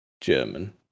German